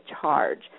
charge